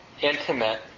intimate